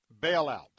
bailout